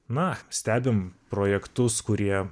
na stebim projektus kurie